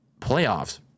playoffs